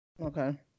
Okay